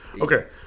Okay